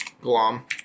glom